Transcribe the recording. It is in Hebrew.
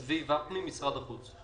צבי אבינר ופני, משרד החוץ.